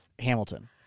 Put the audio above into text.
Hamilton